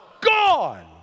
gone